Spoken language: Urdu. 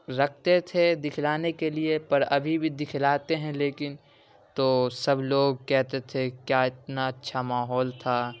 رکھتے تھے دکھلانے کے لیے پر ابھی بھی دکھلاتے ہیں لیکن تو سب لوگ کہتے تھے کہ کیا اتنا اچھا ماحول تھا